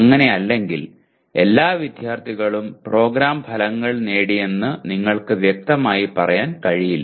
അങ്ങനെ അല്ലെങ്കിൽ എല്ലാ വിദ്യാർത്ഥികളും പ്രോഗ്രാം ഫലങ്ങൾ നേടിയെന്ന് നിങ്ങൾക്ക് വ്യക്തമായി പറയാൻ കഴിയില്ല